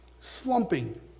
Slumping